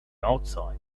outside